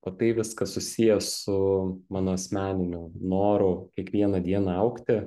o tai viskas susiję su mano asmeniniu noru kiekvieną dieną augti